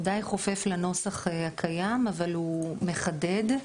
הוא די חופף לנוסח הקיים אבל הוא מחדד,